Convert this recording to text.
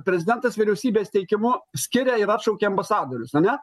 prezidentas vyriausybės teikimu skiria ir atšaukia ambasadorius ane